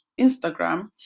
Instagram